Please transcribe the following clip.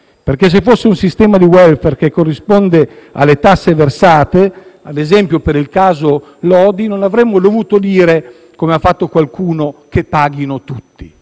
Infatti, se il sistema di *welfare* corrispondesse alle tasse versate, ad esempio per il caso Lodi non avremmo dovuto dire, come ha fatto qualcuno, che paghino tutti.